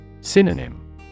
Synonym